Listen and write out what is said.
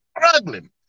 struggling